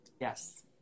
yes